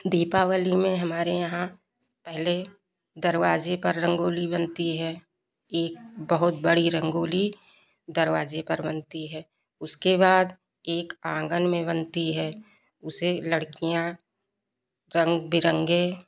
दीपावली में हमारा यहाँ पहले दरवाजे पर रंगोली बनती है एक बहुत बड़ी रंगोली दरवाजे पर बनती है उसके बाद एक आँगन में बनती है उसे लड़कियां रंग बिरंगे